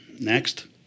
next